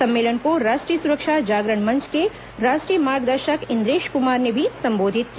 सम्मेलन को राष्ट्रीय सुरक्षा जागरण मंच के राष्ट्रीय मार्गदर्शक इंद्रेश कुमार ने भी संबोधित किया